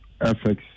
FX